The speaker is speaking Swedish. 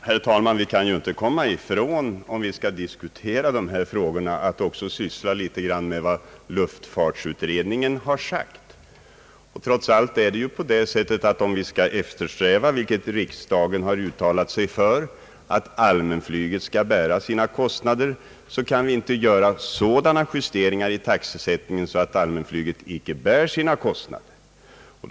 Herr talman! Om vi skall diskutera dessa frågor kan vi ju inte komma ifrån att också syssla litet grand med vad luftfartsutredningen har sagt. Om vi skall eftersträva, vilket riksdagen har uttalat sig för, att allmänflyget skall bära sina kostnader, kan vi inte tillämpa sådana taxor att det avsedda syftet motverkas.